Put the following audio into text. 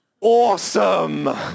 awesome